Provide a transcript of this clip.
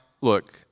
look